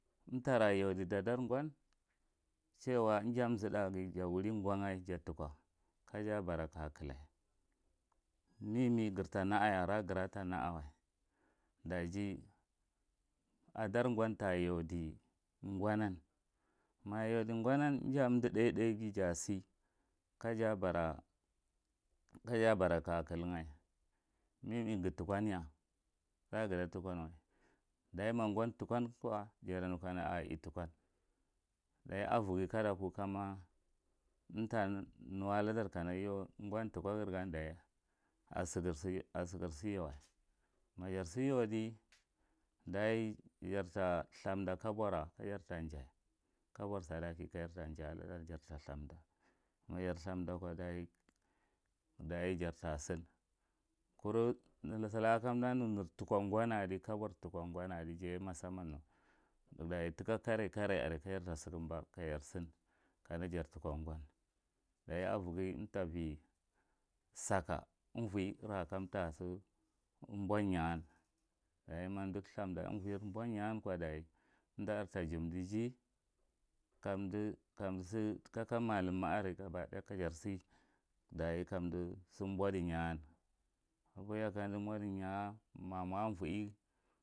Athara vawudi dadar gon chiyewa ja amthaɜda giye jawuri gon kaja bara kakda meme girtha na ane nagira na ndar gon tayaudi gon maja yaudi gonan. Faudi thaye thaye jadi ka jabara kakile meme ngitho konye dachi ma ngon tokon jatanu a ↄtokon, daji avighi ka ma nuwe ladar kana gon tokgu asigir suyadai majar sirth yaudi dage jarta thamda kabora kajar thanji kobora kajar kugiye sadaki, kajar ta thamda dajijar ta shim. Kuru silaka kamda nu netokon gon adi kabor tokon gon adi jaye mesamman nu thika karai karai kajar thasukumba kajar sin kana jartokon gon daji avighi ntavi saka uvora kamtasi boyen, daji mu mdi thamda ave boyau kow daji nda ar tajindiji kamdi kamdi kake madum ma are gabadaya kajarsi kamdi shir bodi nyeam abohiya mamdi bodi nyeam